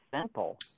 simple